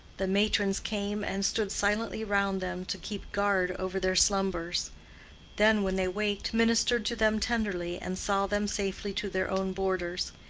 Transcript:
the matrons came and stood silently round them to keep guard over their slumbers then, when they waked, ministered to them tenderly and saw them safely to their own borders.